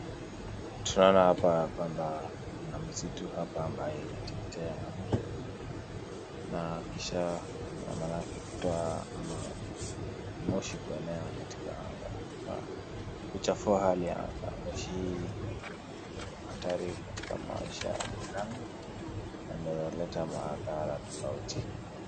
Tunaona hapa kwamba kuna msitu hapa ambaye inateketea na moto, na kisha kuna maanake kutoa ama moshi kuenea katika anga na kuchafua hali ya anga. Moshi hii ni hatari katika maisha ya binadamu, na inaweza kuleta madhara tofauti.